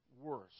worse